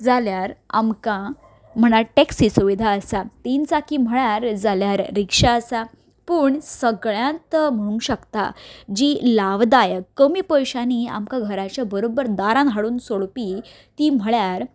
जाल्यार आमकां म्हळ्या टॅक्सी सुविधा आसा तीन चाकी म्हळ्यार रिक्षा आसा पूण सगल्यांत म्हणूंक शकता जी लावदायक कमी पयशांनी आमकां घराच्या बरोबर दारान हाडून सोडपी ती म्हळ्यार